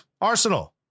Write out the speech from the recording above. Arsenal